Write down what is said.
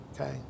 Okay